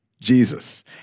Jesus